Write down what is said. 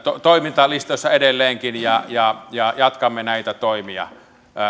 toimintalistoissamme edelleenkin jatkamme näitä toimia